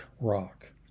rock